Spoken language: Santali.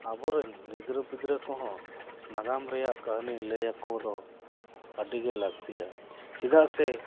ᱟᱵᱚᱨᱮᱱ ᱜᱤᱫᱽᱨᱟᱹ ᱯᱤᱫᱽᱨᱟᱹ ᱠᱚᱦᱚᱸ ᱱᱟᱜᱟᱢ ᱨᱮᱭᱟᱜ ᱠᱟᱹᱦᱟᱱᱤ ᱞᱟᱹᱭᱟ ᱠᱚᱫᱚ ᱟᱹᱰᱤ ᱜᱮ ᱞᱟᱹᱠᱛᱤᱭᱟ ᱪᱮᱫᱟᱜ ᱥᱮ